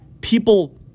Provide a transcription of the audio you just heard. people